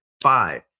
Five